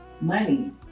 money